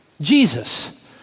Jesus